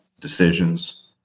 decisions